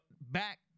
back